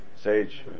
Sage